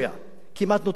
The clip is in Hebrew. כמעט נותקו היחסים ביניהם.